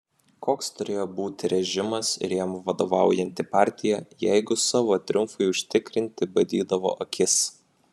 koks turėjo būti režimas ir jam vadovaujanti partija jeigu savo triumfui užtikrinti badydavo akis